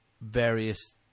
various